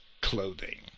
clothing